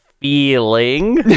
feeling